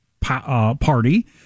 party